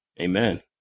Amen